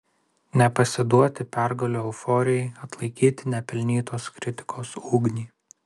nepasiduoti pergalių euforijai atlaikyti nepelnytos kritikos ugnį